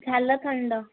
झालं थंड